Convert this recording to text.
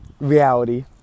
reality